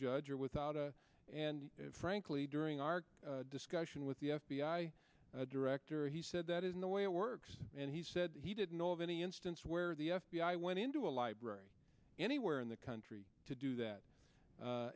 judge or without a and frankly during our discussion with the f b i director he said that isn't the way it works and he said he didn't know of any instance where the f b i went into a library anywhere in the country to do that